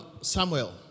Samuel